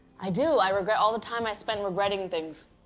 i do. i regret all the time i spend regretting things.